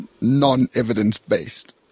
non-evidence-based